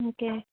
okay